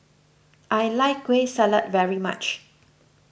I like Kueh Salat very much